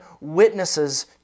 witnesses